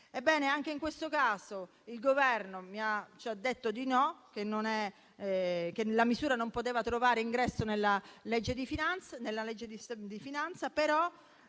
anche in questo caso il Governo ci ha detto che la misura non poteva trovare ingresso nella legge di bilancio, però